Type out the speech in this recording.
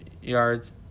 yards